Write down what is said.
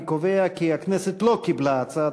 אני קובע כי הכנסת לא קיבלה את הצעת